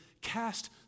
cast